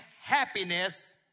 happiness